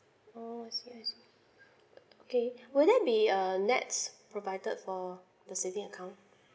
oh I see I see okay would that be err NETS provided for the savings account